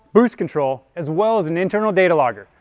boost control, as well as an internal data logger.